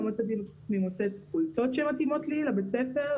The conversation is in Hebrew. לא מצאתי את עצמי מוצאת חולצות שמתאימות לבית הספר,